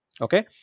Okay